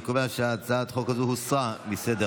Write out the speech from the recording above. אני קובע שהצעת החוק הזאת הוסרה מסדר-היום.